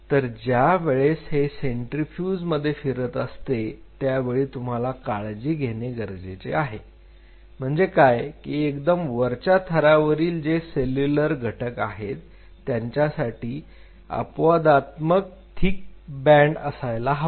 तर ज्या वेळेस हे सेंट्रीफ्यूज मध्ये फिरत असते त्यावेळी तुम्हाला काळजी घेणे गरजेचे आहे म्हणजे काय की एकदम वरच्या थरावरील जे सेल्युलर घटक आहेत त्यांच्यासाठी अपवादात्मक थीक बँड असायला हवा